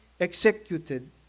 executed